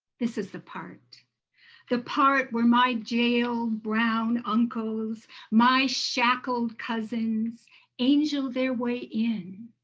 this is the part the part where my jailed brown uncles my shackled cousins angel their way in